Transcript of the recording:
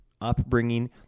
upbringing